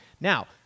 Now